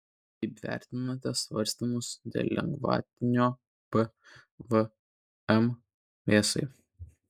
kaip vertinate svarstymus dėl lengvatinio pvm mėsai